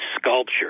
sculpture